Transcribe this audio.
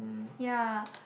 ya